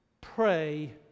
pray